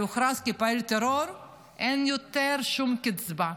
הוכרז כפעיל טרור אין שום קצבה יותר.